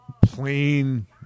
plain